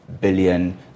billion